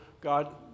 God